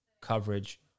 coverage